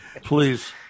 please